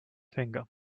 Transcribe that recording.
finger